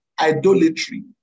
idolatry